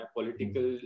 Political